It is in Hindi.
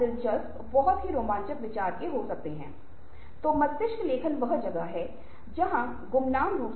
अब कुछ निश्चित बातचीत मे आधिकारिक मानक और मानदंड हैं और इसे हमें ध्यान में रखना होगा उदाहरण के लिए लागू मानकों और मानदंडों का सर्वेक्षण करें